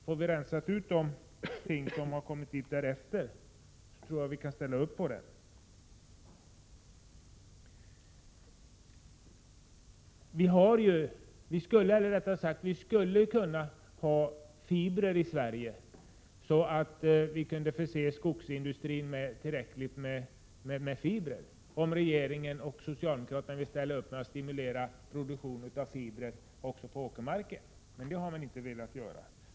Blir de ting bortrensade som har kommit dit därefter, tror jag att vi kan ställa upp på den. Vi skulle kunna förse skogsindustrin i Sverige med tillräckligt med fibrer, om regeringen och socialdemokraterna ville ställa upp och stimulera produktion av fibrer också på åkermarken, men det har man inte velat göra.